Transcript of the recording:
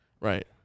Right